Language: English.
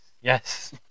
Yes